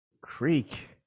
Creek